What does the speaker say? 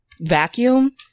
vacuum